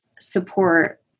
support